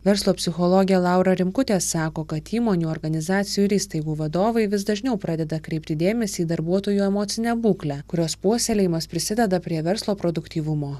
verslo psichologė laura rimkutė sako kad įmonių organizacijų ir įstaigų vadovai vis dažniau pradeda kreipti dėmesį į darbuotojų emocinę būklę kurios puoselėjimas prisideda prie verslo produktyvumo